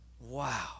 Wow